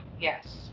Yes